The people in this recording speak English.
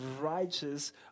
righteous